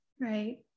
Right